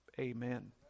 Amen